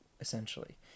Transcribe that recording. essentially